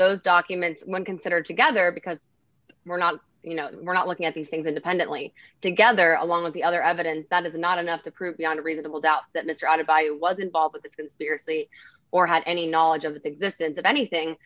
those documents when considered together because we're not you know we're not looking at these things independently together along with the other evidence that is not enough to prove beyond a reasonable doubt that mr outed by was involved in this conspiracy or had any knowledge of the